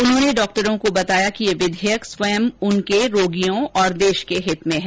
उन्होंने डॉक्टरों को बताया कि यह विधेयक स्वयं उनके रोगियों और देश के हित में है